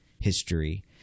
history